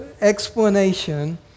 explanation